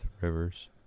Rivers